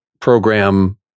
program